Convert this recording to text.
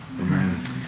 Amen